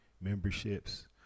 memberships